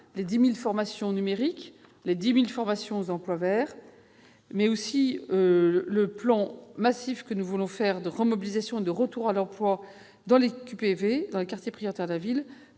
les 10 000 formations numériques, les 10 000 formations aux emplois verts, mais aussi le plan massif de mobilisation pour le retour à l'emploi dans les QPV, les quartiers prioritaires de la ville,